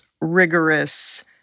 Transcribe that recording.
rigorous